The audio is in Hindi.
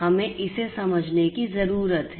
हमें इसे समझने की जरूरत है